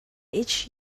each